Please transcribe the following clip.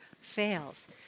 fails